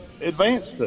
advanced